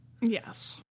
Yes